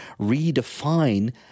redefine